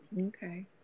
Okay